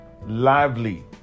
lively